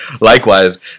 Likewise